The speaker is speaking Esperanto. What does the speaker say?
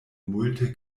multe